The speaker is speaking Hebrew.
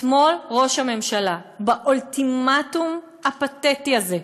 אתמול ראש הממשלה, באולטימטום הפתטי הזה,